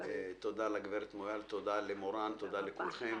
תודה למורן, תודה לכולכם.